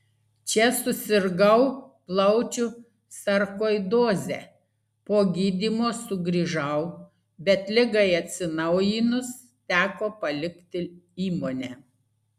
čia susirgau plaučių sarkoidoze po gydymo sugrįžau bet ligai atsinaujinus teko palikti įmonę